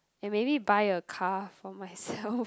and maybe buy a car for myself